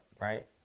right